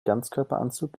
ganzkörperanzug